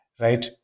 right